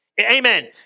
Amen